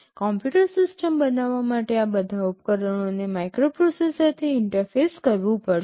computer system બનાવવા માટે આ બધા ઉપકરણોને માઇક્રોપ્રોસેસરથી ઇન્ટરફેસ કરવું પડશે